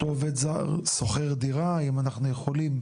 אותו עובד זר שוכר דירה, אם אנחנו יכולים,